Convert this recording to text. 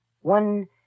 One